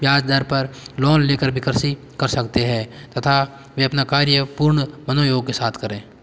ब्याज दर पर लोन लेकर भी कृषि कर सकते हैं तथा वे अपना कार्य पूर्ण मनोयोग के साथ करें